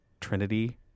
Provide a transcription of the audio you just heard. Trinity